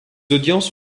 audiences